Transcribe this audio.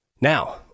Now